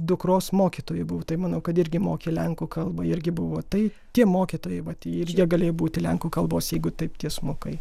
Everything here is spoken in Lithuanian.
dukros mokytoju buvo tai manau kad irgi mokė lenkų kalba irgi buvo tai tie mokytojai vat ir jie galėjo būti lenkų kalbos jeigu taip tiesmukai